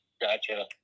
Gotcha